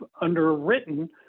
underwritten